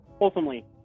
ultimately